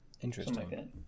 Interesting